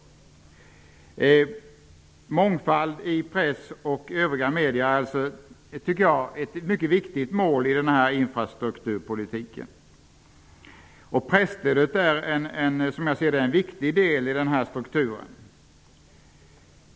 Jag menar att mångfald i press och i övriga media är ett mycket viktigt mål i infrastrukturpolitiken. Presstödet är en, som jag ser det, viktig del i denna struktur.